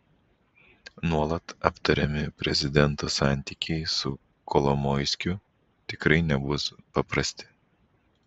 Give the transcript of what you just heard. nuolat aptariami prezidento santykiai su kolomoiskiu tikrai nebus paprasti